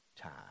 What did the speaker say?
time